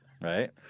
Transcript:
Right